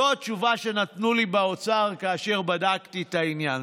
זו התשובה שנתנו לי באוצר כאשר בדקתי את העניין.